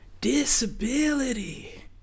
disability